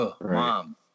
mom